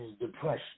depression